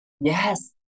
Yes